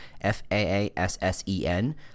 F-A-A-S-S-E-N